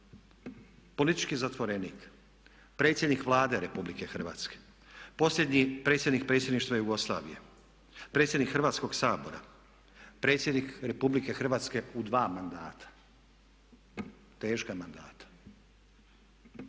politički zatvorenik, predsjednik Vlade RH, posljednji predsjednik Predsjedništva Jugoslavije, predsjednik Hrvatskoga sabora, predsjednik Republike Hrvatske u dva mandata, teška mandata.